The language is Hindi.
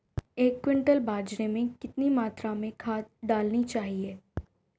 एक क्विंटल बाजरे में कितनी मात्रा में खाद डालनी चाहिए?